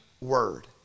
word